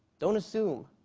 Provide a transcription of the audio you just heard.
don't assume.